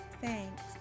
Thanks